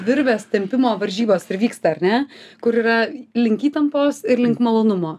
virvės tempimo varžybos ir vyksta ar ne kur yra link įtampos ir link malonumo